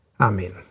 Amen